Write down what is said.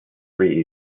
free